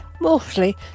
mostly